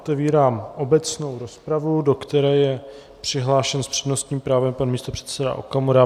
Otevírám obecnou rozpravu, do které je přihlášen s přednostním právem pan místopředseda Okamura.